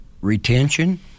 retention